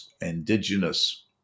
indigenous